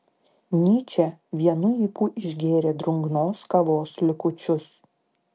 nyčė vienu ypu išgėrė drungnos kavos likučius